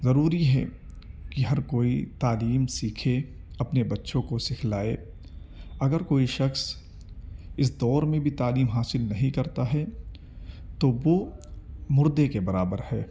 ضروری ہے کہ ہر کوئی تعلیم سیکھے اپنے بچوں کو سکھلائے اگر کوئی شخص اس دور میں بھی تعلیم حاصل نہیں کرتا ہے تو وہ مردے کے برابر ہے